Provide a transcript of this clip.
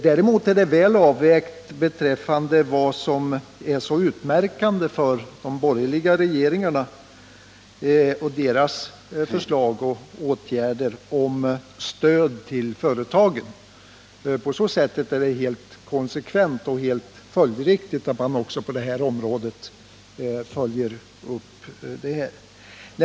Däremot är det väl avvägt beträffande vad som är så utmärkande för de borgerliga regeringarna och deras förslag och åtgärder när det gäller stöd till företagen — på så sätt är det helt konsekvent och följdriktigt.